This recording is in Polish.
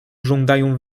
żądają